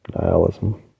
nihilism